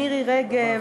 מירי רגב,